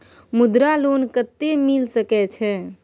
मुद्रा लोन कत्ते मिल सके छै?